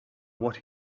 what